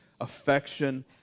affection